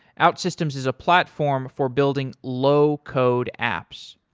outsystems is a platform for building low code apps.